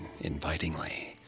invitingly